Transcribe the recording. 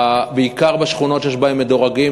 בעיקר בשכונות שיש בהן מדורגים,